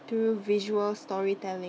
through visual storytelling